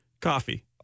Coffee